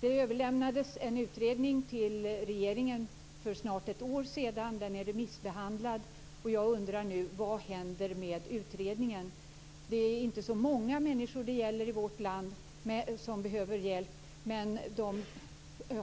Det överlämnades en utredning till regeringen för snart ett år sedan, och den är remissbehandlad. Jag undrar nu: Vad händer med utredningen? Det handlar inte om så många människor i vårt land som behöver hjälp, men de